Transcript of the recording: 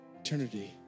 eternity